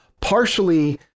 partially